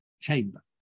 chamber